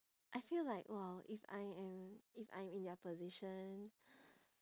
I feel like !wah! if I am if I'm in their position